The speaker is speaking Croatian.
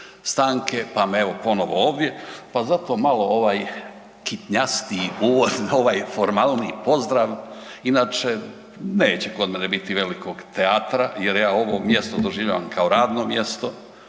stanke, pa me evo ponovo ovdje, pa zato malo ovaj kitnjastiji uvod na ovaj formalniji pozdrav, inače neće kod mene biti velikog teatra jer ja ovo mjesto doživljavam kao radno mjesto.